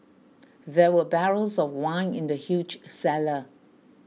there were barrels of wine in the huge cellar